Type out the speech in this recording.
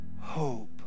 hope